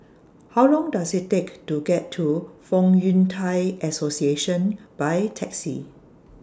How Long Does IT Take to get to Fong Yun Thai Association By Taxi